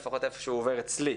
לפחות היכן שהוא עובר אצלי.